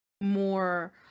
more